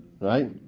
right